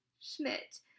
Schmidt